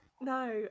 No